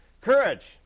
Courage